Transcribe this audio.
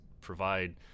provide